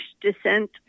descent